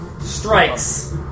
strikes